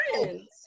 friends